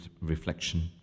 reflection